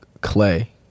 Clay